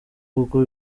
kuko